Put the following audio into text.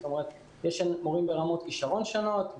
יש מורים ברמות כישרון שונות,